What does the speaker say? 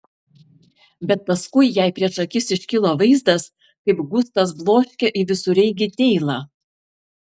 bet paskui jai prieš akis iškilo vaizdas kaip gustas bloškia į visureigį neilą